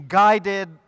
guided